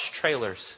trailers